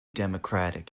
democratic